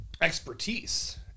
expertise